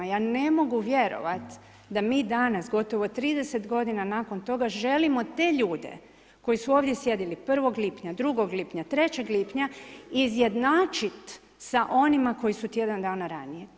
Ja ne mogu vjerovati da mi danas gotovo 30 godina nakon toga želimo te ljude koji su ovdje sjedili 1. lipnja, 2. lipnja, 3. lipnja izjednačiti sa onima koji su tjedan dana ranije.